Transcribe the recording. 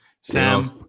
Sam